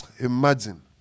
Imagine